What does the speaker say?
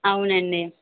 అవునండి